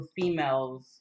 females